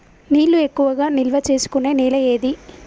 నీళ్లు ఎక్కువగా నిల్వ చేసుకునే నేల ఏది?